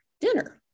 dinner